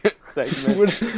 segment